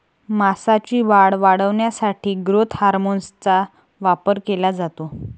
मांसाची वाढ वाढवण्यासाठी ग्रोथ हार्मोनचा वापर केला जातो